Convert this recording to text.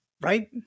right